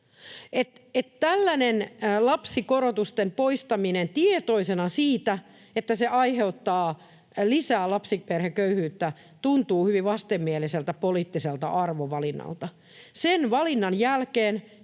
Tällainen lapsikorotusten poistaminen tietoisena siitä, että se aiheuttaa lisää lapsiperheköyhyyttä, tuntuu hyvin vastenmieliseltä poliittiselta arvovalinnalta. Sen valinnan jälkeen